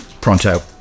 pronto